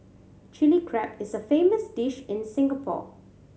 Chilli Crab is a famous dish in Singapore